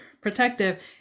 protective